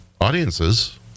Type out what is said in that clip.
audiences